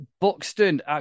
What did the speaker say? Buxton